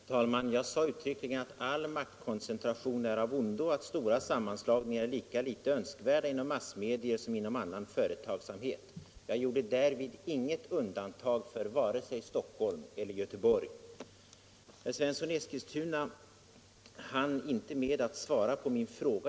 Herr talman! Jag sade uttryckligen att all maktkoncentration är av ondo och att stora sammanslagningar är lika litet önskvärda inom massmedier som inom annan företagsamhet. Jag gjorde därvid inget undantag för vare sig Stockholm eller Göteborg. Herr Svensson i Eskilstuna hann inte med att svara på min fråga.